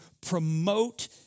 promote